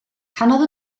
canodd